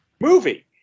movie